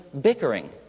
bickering